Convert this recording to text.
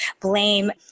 blame